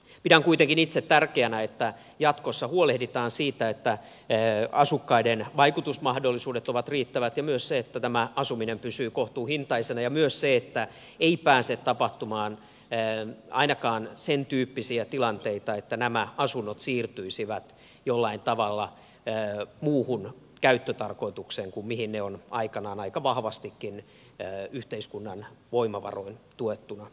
pidän kuitenkin itse tärkeänä että jatkossa huolehditaan siitä että asukkaiden vaikutusmahdollisuudet ovat riittävät ja myös siitä että asuminen pysyy kohtuuhintaisena ja myös siitä että ei pääse tapahtumaan ainakaan sentyyppisiä tilanteita että nämä asunnot siirtyisivät jollain tavalla muuhun käyttötarkoitukseen kuin mihin ne on aikanaan aika vahvastikin yhteiskunnan voimavaroin tuettuna rakennettu